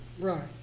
Right